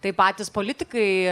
tai patys politikai